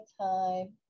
time